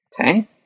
Okay